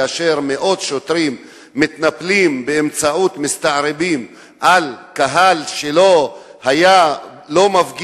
כאשר מאות שוטרים מתנפלים באמצעות מסתערבים על קהל שלא מפגין,